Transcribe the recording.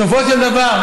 בסופו של דבר,